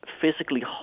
physically